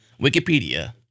Wikipedia